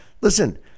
listen